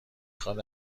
خواد